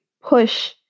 push